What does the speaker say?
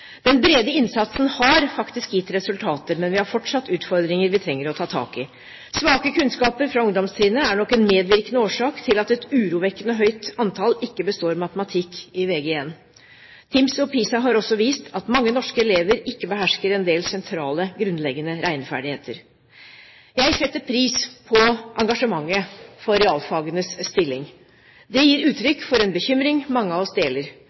Den brede innsatsen har faktisk gitt resultater, men vi har fortsatt utfordringer vi trenger å ta tak i. Svake kunnskaper fra ungdomstrinnet er nok en medvirkende årsak til at et urovekkende høyt antall ikke består matematikk i Vg1. TIMSS og PISA har også vist at mange norske elever ikke behersker en del sentrale, grunnleggende regneferdigheter. Jeg setter pris på engasjementet for realfagenes stilling. Det gir uttrykk for en bekymring mange av oss deler.